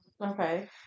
Okay